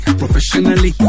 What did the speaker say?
professionally